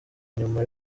nyuma